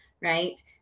right